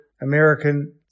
American